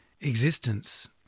existence